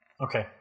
Okay